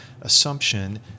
assumption